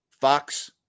Fox